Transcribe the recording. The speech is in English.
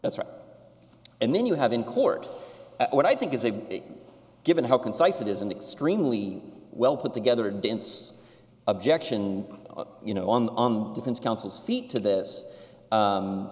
that's right and then you have in court what i think is a given how concise it is an extremely well put together dense objection you know on the defense counsel's feet to this